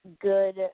good